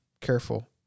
careful